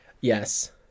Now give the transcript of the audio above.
Yes